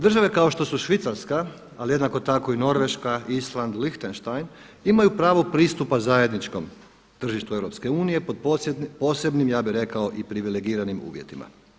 Države kao što su Švicarska, ali jednako tako i Norveška, Island, Lechtenstein imaju pravo pristupa zajedničkom tržištu EU pod posebnim ja bih rekao i privilegiranim uvjetima.